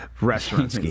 restaurant